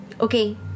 Okay